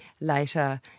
later